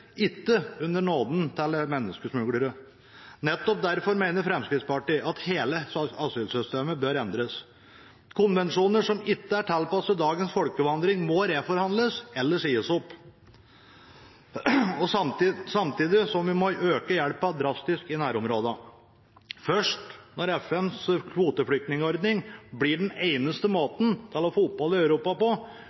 ikke under nåden til menneskesmuglere. Nettopp derfor mener Fremskrittspartiet at hele asylsystemet bør endres. Konvensjoner som ikke er tilpasset dagens folkevandring, må reforhandles eller sies opp, samtidig som vi må øke hjelpen drastisk i nærområdene. Først når FNs kvoteflyktningordning blir den eneste måten å få opphold i Europa på,